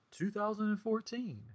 2014